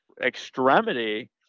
extremity